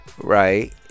right